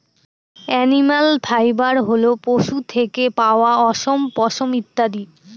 animal fibre হল পশু থেকে পাওয়া অশম, পশম ইত্যাদি